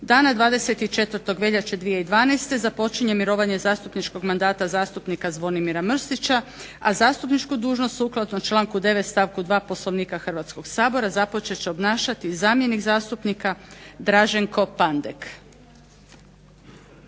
Dana 24. veljače 2012. započinje mirovanje zastupničkog mandata zastupnika Zvonimira Mršića, a zastupničku dužnost sukladno stavku 9. Stavku 2. Poslovnika Hrvatskog sabora započet će obnašati zamjenik zastupnika Draženko Pandek.